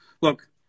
look